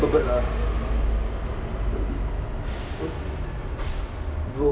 bird bird ah bro